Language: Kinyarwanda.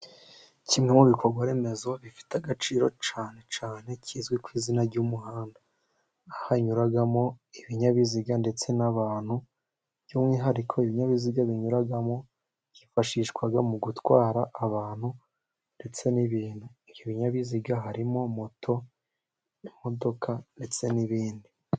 Kimwe mu bikorwa-remezo bifite agaciro cyane cyane kizwi ku izina ry'umuhanda. Hanyuramo, ibinyabiziga, ndetse n'abantu. By'umwihariko, ibinyabiziga binyuramo byifashishwa mu gutwara abantu ndetse n'ibintu. Ibyo binyabiziga harimo moto, imodoka ndetse n'ibindi.